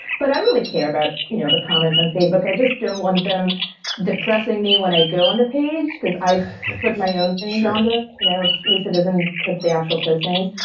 but i really care about you know the comments on facebook. i just don't want them depressing me when i go on the page because i've put my own thing and you know lisa doesn't put the actual postings.